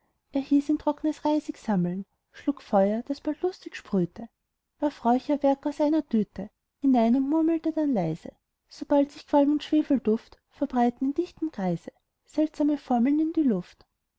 hieß ihn trocknes reisig sammeln schlug feuer das bald lustig sprühte warf räucherwerk aus einer düte hinein und murmelte dann leise sobald sich qualm und schwefelduft verbreiteten in dichtem kreise seltsame formeln in die luft